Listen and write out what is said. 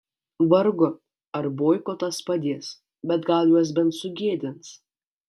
vargu ar boikotas padės bet gal juos bent sugėdins